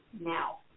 now